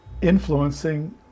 influencing